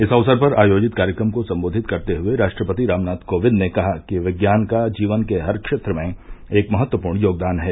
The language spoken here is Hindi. इस अवसर पर आयोजित कार्यक्रम को संबोधित करते हुए राष्ट्रपति रामनाथ कोविंद ने कहा कि विज्ञान का जीवन के हर क्षेत्र में एक महत्वपूर्ण योगदान है